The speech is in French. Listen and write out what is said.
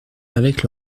avec